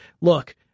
look